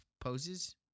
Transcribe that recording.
poses